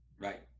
Right